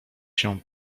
się